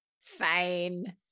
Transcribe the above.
Fine